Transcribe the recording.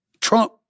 Trump